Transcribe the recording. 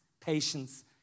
patience